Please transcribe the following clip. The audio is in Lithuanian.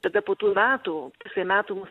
tada po tų metų pusė metų mus